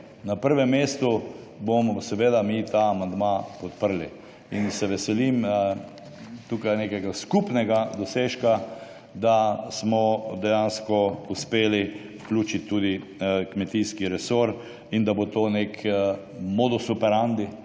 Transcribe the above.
na prvem mestu, bomo seveda mi ta amandma podprli. In se veselim, tukaj nekega skupnega dosežka, da smo dejansko uspeli vključiti tudi kmetijski resor, in da bo to nek modus operandi